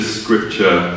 scripture